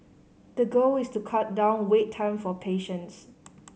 the goal is to cut down wait time for patients